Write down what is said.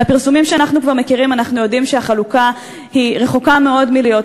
מהפרסומים שאנחנו כבר מכירים אנחנו יודעים שהחלוקה רחוקה מאוד מלהיות